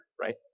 right